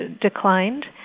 declined